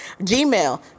gmail